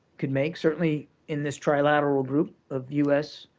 could make, certainly in this trilateral group of u s,